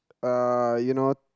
err you know